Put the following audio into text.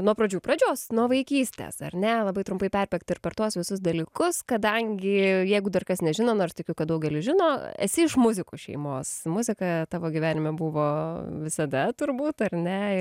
nuo pradžių pradžios nuo vaikystės ar ne labai trumpai perbėgt ir per tuos visus dalykus kadangi jeigu dar kas nežino nors tikiu kad daugelis žino esi iš muzikų šeimos muzika tavo gyvenime buvo visada turbūt ar ne